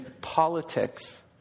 politics